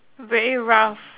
very rough